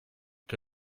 che